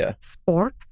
sport